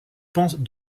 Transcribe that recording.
pente